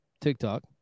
TikTok